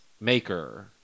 Maker